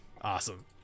awesome